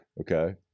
Okay